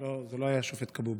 זה לא היה השופט כבוב,